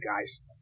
guys